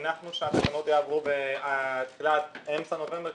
הנחנו שהתקנות יעברו בתחילת/אמצע נובמבר,